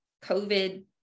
COVID